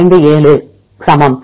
0157 க்கு சமம்